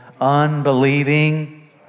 unbelieving